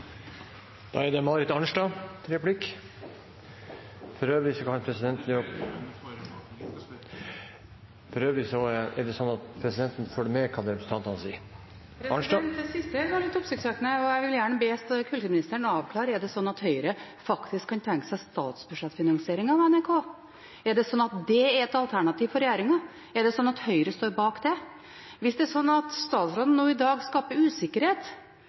Marit Arnstad. For øvrig er det slik at presidenten følger med på det representantene sier. Det siste var litt oppsiktsvekkende, og jeg vil gjerne be kulturministeren avklare om det er slik at Høyre faktisk kan tenke seg statsbudsjettfinansiering av NRK. Er det slik at det er et alternativ for regjeringen? Er det slik at Høyre står bak det? Hvis det er slik at statsråden nå i dag skaper usikkerhet